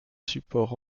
support